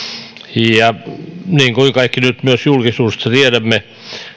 niin kuin kaikki nyt myös julkisuudesta tiedämme